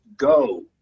go